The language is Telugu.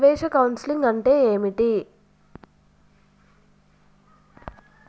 ప్రవేశ కౌన్సెలింగ్ అంటే ఏమిటి?